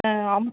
ஆ அம்